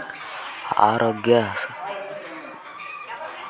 జంతు ఆరోగ్య సంస్థలు అన్ని రకాల పశుల రోగాలకు మందేస్తుండారు